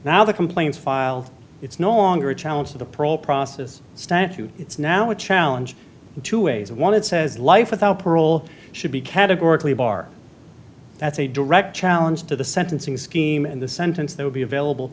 now the complaint filed it's no longer a challenge to the parole process statute it's now a challenge to a's one it says life without parole should be categorically bar that a direct challenge to the sentencing scheme and the sentence that would be available